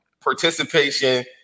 participation